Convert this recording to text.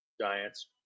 Giants